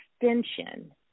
extension